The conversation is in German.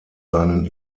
seinen